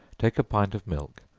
take a pint of milk,